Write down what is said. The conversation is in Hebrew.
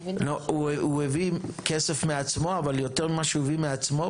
הוא הביא כסף מעצמו אבל יותר ממה שהוא הביא מעצמו,